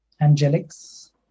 angelics